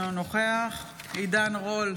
אינו נוכח עידן רול,